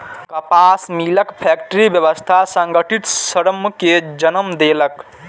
कपास मिलक फैक्टरी व्यवस्था संगठित श्रम कें जन्म देलक